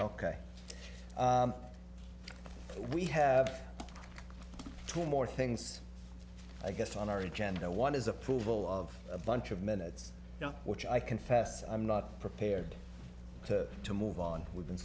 ok we have two more things i guess on our agenda one is approval of a bunch of minutes which i confess i'm not prepared to move on we've been